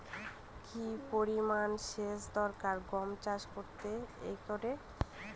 কি পরিমান সেচ দরকার গম চাষ করতে একরে?